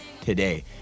today